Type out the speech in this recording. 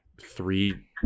three